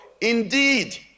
Indeed